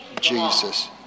Jesus